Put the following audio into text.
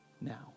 now